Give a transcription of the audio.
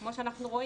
כמו שאנחנו רואים,